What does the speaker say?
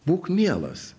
būk mielas